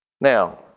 Now